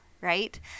right